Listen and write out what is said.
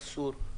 מסור,